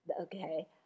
okay